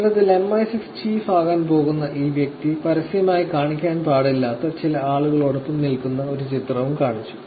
ചിത്രത്തിൽ MI6 chief ആകാൻ പോകുന്ന ഈ വ്യക്തി പരസ്യമായി കാണിക്കാൻ പാടില്ലാത്ത ചില ആളുകളോടൊപ്പം നിൽക്കുന്ന ഒരു ചിത്രം കാണിച്ചു